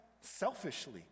selfishly